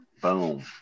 Boom